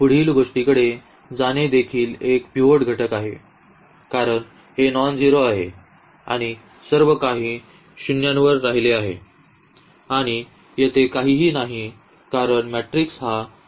पुढील गोष्टीकडे जाणे देखील एक पिव्होट घटक आहे कारण हे नॉनझेरो आहे आणि सर्व काही शून्यावर राहिले आहे आणि येथे काहीही नाही कारण मॅट्रिक्स हा होता